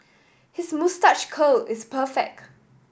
his moustache curl is perfect